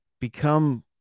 become